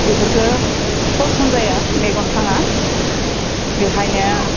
बिफोरखौ फसन जाया मेगन थाङा बेखायनो